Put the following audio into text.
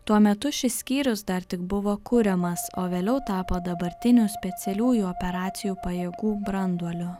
tuo metu šis skyrius dar tik buvo kuriamas o vėliau tapo dabartiniu specialiųjų operacijų pajėgų branduoliu